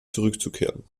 zurückzukehren